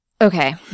Okay